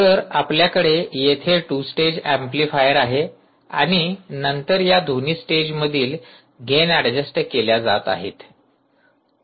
तर आपल्याकडे येथे टू स्टेज अँप्लिफायर आहे आणि नंतर या दोन्ही स्टेजमधील गेन ऍडजस्ट केल्या जात आहेत